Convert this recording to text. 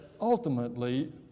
ultimately